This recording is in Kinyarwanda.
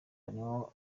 harimo